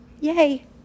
Yay